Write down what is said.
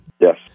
Yes